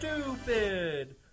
Stupid